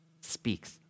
Speaks